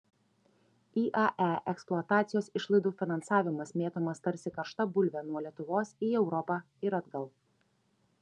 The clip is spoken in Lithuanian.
iae eksploatacijos išlaidų finansavimas mėtomas tarsi karšta bulvė nuo lietuvos į europą ir atgal